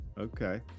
Okay